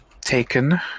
taken